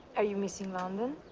are you missing london?